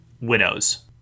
Widows